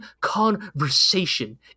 conversation